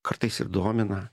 kartais ir domina